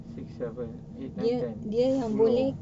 six seven eight nine ten sepuluh